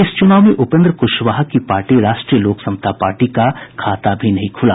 इस चुनाव में उपेन्द्र कुशवाहा की पार्टी राष्ट्रीय लोक समता पार्टी का खाता भी नहीं खुला